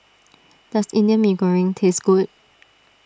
does Indian Mee Goreng taste good